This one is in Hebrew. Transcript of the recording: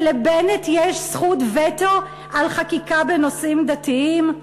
שלבנט יש זכות וטו על חקיקה בנושאים דתיים?